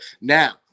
Now